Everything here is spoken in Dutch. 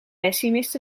pessimist